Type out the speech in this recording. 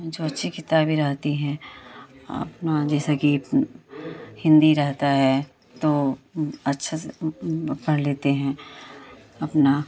जो अच्छी किताबें रहती हैं अपना जैसा कि हिन्दी रहती है तो अच्छे से पढ़ लेते हैं अपना